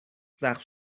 زخم